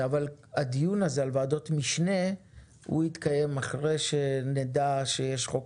אבל הדיון על ועדות משנה יתקיים אחרי שנדע שיש חוק